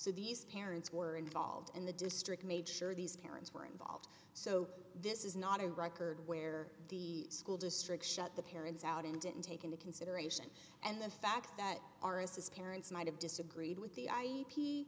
so these parents were involved in the district made sure these parents were involved so this is not a record where the school district shut the parents out and didn't take into consideration and the fact that our as his parents might have disagreed with the i